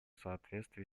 соответствии